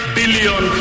billion